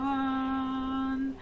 one